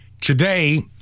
Today